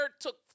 took